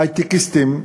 הייטקיסטים,